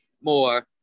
more